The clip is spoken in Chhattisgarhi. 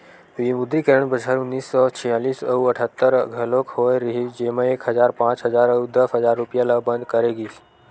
विमुद्रीकरन बछर उन्नीस सौ छियालिस अउ अठत्तर घलोक होय रिहिस जेमा एक हजार, पांच हजार अउ दस हजार रूपिया ल बंद करे गिस